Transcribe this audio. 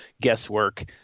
guesswork